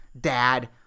Dad